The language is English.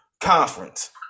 conference